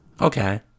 Okay